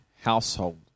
household